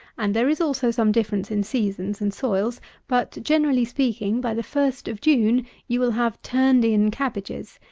and there is also some difference in seasons and soils but, generally speaking, by the first of june you will have turned-in cabbages,